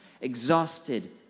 Exhausted